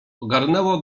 ogarnęło